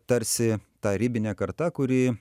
tarsi ta ribinė karta kuri